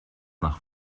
nach